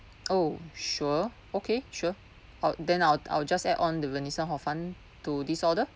oh sure okay sure orh then I'll I'll just add on the venison hor fun to this order